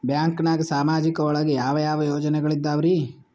ಬ್ಯಾಂಕ್ನಾಗ ಸಾಮಾಜಿಕ ಒಳಗ ಯಾವ ಯಾವ ಯೋಜನೆಗಳಿದ್ದಾವ್ರಿ?